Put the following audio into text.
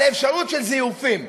על אפשרות של זיופים.